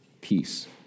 peace